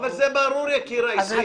אבל זה ברור, יקירה, עזבי.